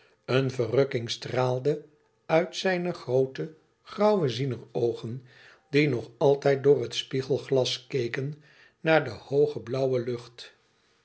een verrukking straalde uit zijn groote grauwe ziener oogen die nog altijd door het spiegelglas keken naar de hooge blauwe lucht